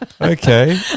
Okay